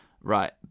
Right